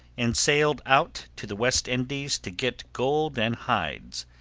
and sailed out to the west indies to get gold and hides,